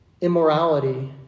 immorality